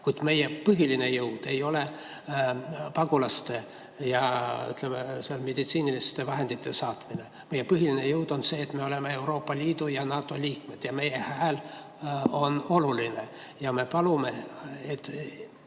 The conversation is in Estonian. Kuid meie põhiline jõud ei ole pagulaste ja, ütleme, meditsiiniliste vahendite saatmine. Meie põhiline jõud on see, et me oleme Euroopa Liidu ja NATO liikmed. Meie hääl on oluline. Ja me palume, et